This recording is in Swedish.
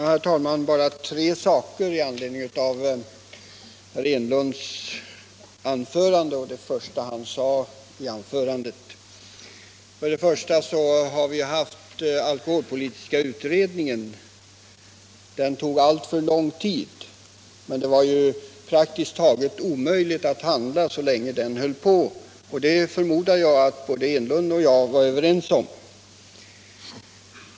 Herr talman! Bara tre saker med anledning av vad herr Enlund sade i början av sitt anförande. För det första har den alkoholpolitiska utredningen arbetat. Det arbetet tog alltför lång tid. Så länge den utredningen pågick var det ju praktiskt taget omöjligt att handla. Det förmodar jag att herr Enlund och jag har varit överens om.